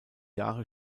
jahre